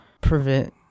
prevent